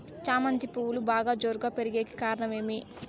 చామంతి పువ్వులు బాగా జోరుగా పెరిగేకి కారణం ఏమి?